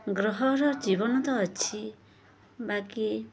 ଗ୍ରହର ଜୀବନ ତ ଅଛି ବାକି